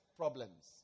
problems